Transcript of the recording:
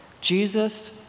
Jesus